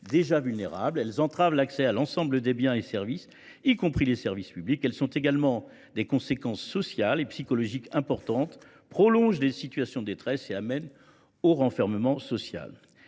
déjà vulnérables. Elles entravent l’accès à l’ensemble des biens et services, y compris les services publics. Elles ont également des conséquences sociales et psychologiques importantes, prolongent des situations de détresse et amènent au renfermement social.